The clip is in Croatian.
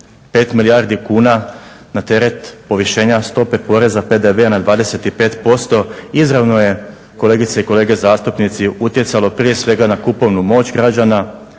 5 milijardi kuna na teret povišenja stope poreza PDV-a na 25% izravno je kolegice i kolege zastupnici utjecalo prije svega na kupovnu moć građana,